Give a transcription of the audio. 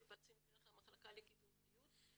מתבצעים דרך המחלקה לקידום הבריאות.